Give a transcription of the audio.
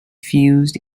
fused